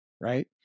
Right